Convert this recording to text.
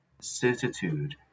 certitude